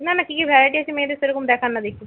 না না কী কী ভ্যারাইটি আছে মেয়েদের সেরকম দেখান না দেখি